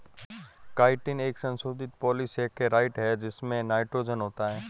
chitin एक संशोधित polysaccharide है जिसमें नाइट्रोजन होता है